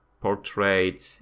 portrayed